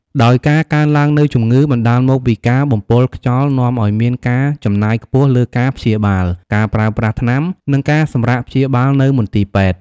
ដោយការកើនឡើងនូវជំងឺបណ្ដាលមកពីការបំពុលខ្យល់នាំឱ្យមានការចំណាយខ្ពស់លើការព្យាបាល ការប្រើប្រាស់ថ្នាំ និងការសម្រាកព្យាបាលនៅមន្ទីរពេទ្យ។